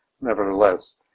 Nevertheless